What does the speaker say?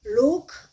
look